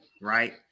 right